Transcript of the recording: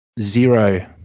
zero